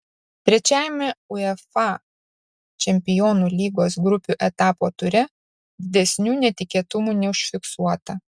trečiajame uefa čempionų lygos grupių etapo ture didesnių netikėtumų neužfiksuota